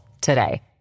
today